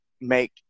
make